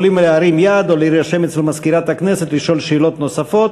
יכולים להרים יד או להירשם אצל מזכירת הכנסת לשאול שאלות נוספות,